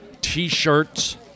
T-shirts